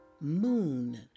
moon